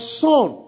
son